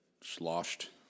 sloshed